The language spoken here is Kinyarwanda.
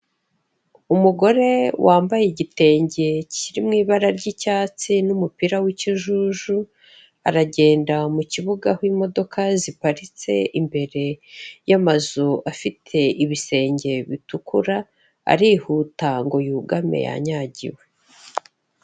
Umugore wambaye igitenge kiri mu ibara ry'icyatsi n'umupira w'ikijuju, aragenda mu kibuga aho imodoka ziparitse imbere y'amazu afite ibisenge bitukura, arihuta ngo yugame yanyagiwe.